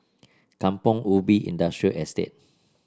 Kampong Ubi Industrial Estate